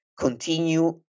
continue